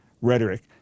rhetoric